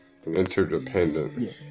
interdependent